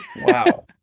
Wow